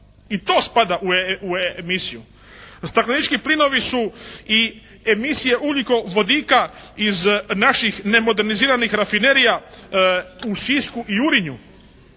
i to spada u emisiju. Staklenički plinovi su i emisije ugljikovodika iz naših nemoderniziranih rafinerija u Sisku i Urinju.